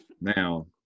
Now